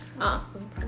Awesome